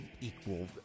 equal